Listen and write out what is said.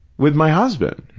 with my husband.